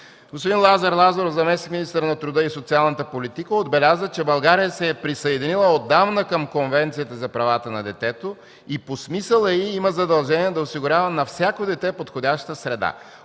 Господин Лазар Лазаров – заместник-министър на труда и социалната политика, отбеляза, че България се е присъединила отдавна към Конвенцията за правата на детето и по смисъла й има задължение да осигурява на всяко дете подходяща среда.